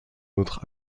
autres